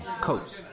coats